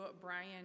Brian